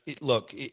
look